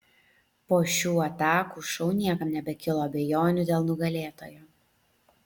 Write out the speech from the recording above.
po šių atakų šou niekam nebekilo abejonių dėl nugalėtojo